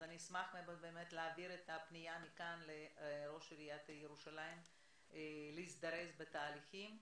אז אשמח להעביר את הפנייה מכאן לראש עיריית ירושלים להזדרז בתהליכים.